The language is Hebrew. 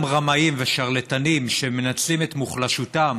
רמאים ושרלטנים שמנצלים את מוחלשותם